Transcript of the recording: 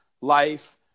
life